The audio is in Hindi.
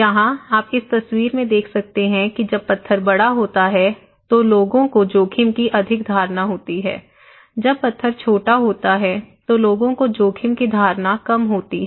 यहां आप इस तस्वीर में देख सकते हैं कि जब पत्थर बड़ा होता है तो लोगों को जोखिम की अधिक धारणा होती है जब पत्थर छोटा होता है तो लोगों को जोखिम की धारणा कम होती है